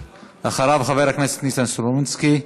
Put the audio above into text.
אחריו, חבר הכנסת ניסן סלומינסקי.